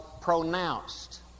pronounced